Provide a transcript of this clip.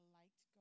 liked